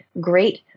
great